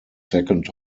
second